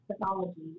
pathology